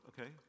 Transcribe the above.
Okay